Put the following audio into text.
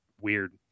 weird